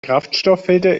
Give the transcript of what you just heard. kraftstofffilter